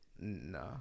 No